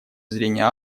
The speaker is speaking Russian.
зрения